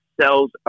cells